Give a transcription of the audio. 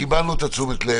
קיבלנו את תשומת הלב.